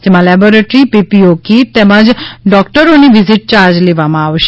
આમાં laboratory PPE kit તેમજ ડોકટરોની વિઝીટ યાર્જ લેવામાં આવનાર છે